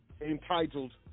entitled